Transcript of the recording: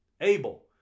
Abel